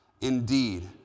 Indeed